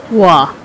!wah!